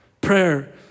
Prayer